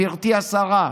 גברתי השרה.